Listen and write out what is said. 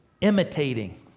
imitating